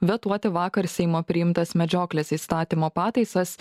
vetuoti vakar seimo priimtas medžioklės įstatymo pataisas